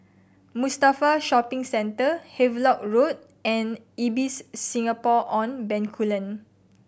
Mustafa Shopping Centre Havelock Road and Ibis Singapore On Bencoolen